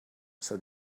said